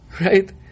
right